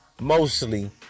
Mostly